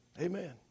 Amen